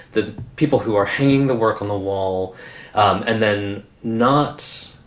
the people who are hanging the work on the wall um and then not